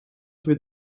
für